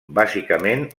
bàsicament